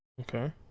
Okay